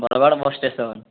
Bargarh bus station